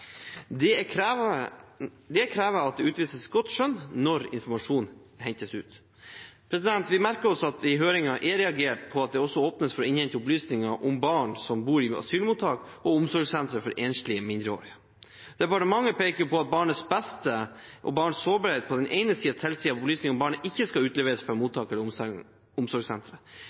Det krever at det utvises godt skjønn når informasjonen hentes ut. Vi merker oss at det i høringen er reagert på at det også åpnes for å innhente opplysninger om barn som bor i asylmottak og omsorgssentre for enslige mindreårige. Departementet peker på at barnets beste og barns sårbarhet på den ene siden tilsier at opplysninger om barnet ikke skal